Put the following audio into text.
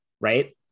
right